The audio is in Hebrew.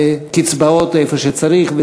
וקצבאות אם צריך,